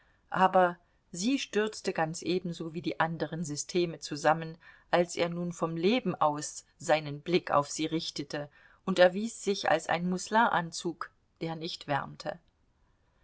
aber sie stürzte ganz ebenso wie die anderen systeme zusammen als er nun vom leben aus seinen blick auf sie richtete und erwies sich als ein musselinanzug der nicht wärmte